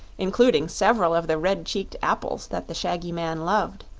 including several of the red-cheeked apples that the shaggy man loved.